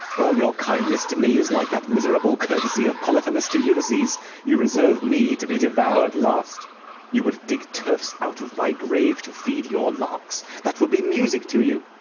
all your kindness to me, is like that miserable courtesy of polyphemus to ulysses you reserve me to be devoured last you would dig turfs out of my grave to feed your larks that would be music to you.